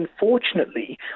unfortunately